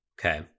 Okay